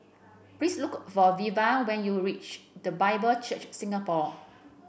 please look for Veva when you reach The Bible Church Singapore